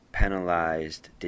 penalized